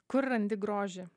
kur randi grožį